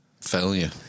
failure